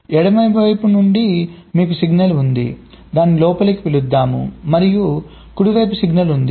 ఎడమ వైపు నుండి మీకు సిగ్నల్ ఉంది దాన్ని లోపలికి పిలుద్దాం మరియు కుడి వైపు సిగ్నల్ ఉంది